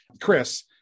Chris